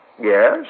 Yes